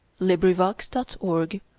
LibriVox.org